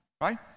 right